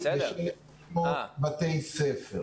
במגזר החרדי יש 1,600 בתי ספר.